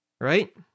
Right